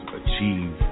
achieve